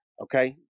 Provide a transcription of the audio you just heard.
Okay